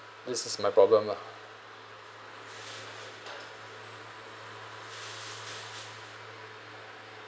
this is my problem lah